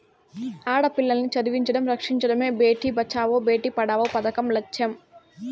ఆడపిల్లల్ని చదివించడం, రక్షించడమే భేటీ బచావో బేటీ పడావో పదకం లచ్చెం